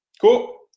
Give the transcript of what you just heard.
Cool